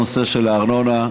הארנונה.